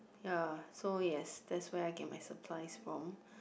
ya so yes that's where I get my supplies from